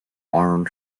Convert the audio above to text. armed